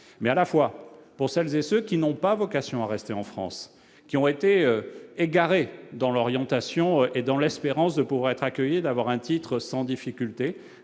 mais à la fois pour celles et ceux qui n'ont pas vocation à rester en France qui ont été égarés dans l'orientation et dans l'espérance de pour être accueillis et d'avoir un titre sans difficulté,